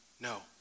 No